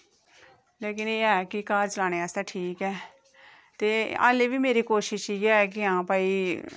लेकिन एह् ऐ कि घर चलाने आस्तै ठीक ऐ ते हल्लै भी मेरी कोशिश इ'यै कि आं भई